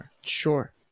Sure